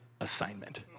assignment